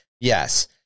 Yes